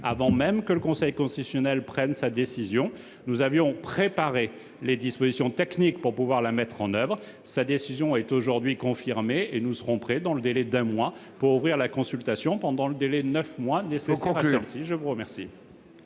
qu'avant même que le Conseil constitutionnel prenne sa décision nous avions préparé les dispositions techniques pour pouvoir agir. Sa décision est aujourd'hui confirmée, et nous serons prêts, dans le délai d'un mois, pour ouvrir la consultation pendant les neuf mois qui seront nécessaires. La parole